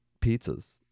pizzas